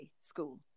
school